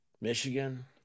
Michigan